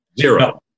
Zero